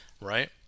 right